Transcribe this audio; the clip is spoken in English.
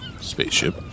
spaceship